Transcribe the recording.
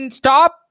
stop